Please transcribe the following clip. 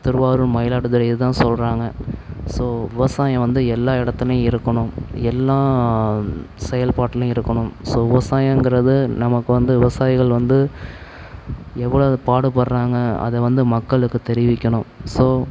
திருவாரூர் மயிலாடுதுறை இதுதான் சொல்கிறாங்க ஸோ விவசாயம் வந்து எல்லா இடத்துலையும் இருக்கணும் எல்லா செயல்பாட்டுலேயும் இருக்கணும் ஸோ விவசாயங்கிறது நமக்கு வந்து விவசாயிகள் வந்து எவ்வளது பாடுபடுகிறாங்க அதை வந்து மக்களுக்குத் தெரிவிக்கணும் ஸோ